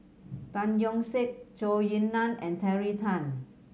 Tan Yeok Seong Zhou Ying Nan and Terry Tan